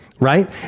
Right